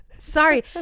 Sorry